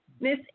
Miss